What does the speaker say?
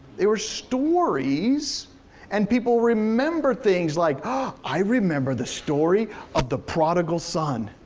they were stories and people remember things, like, i remember the story of the prodigal son.